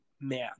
man